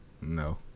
No